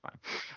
fine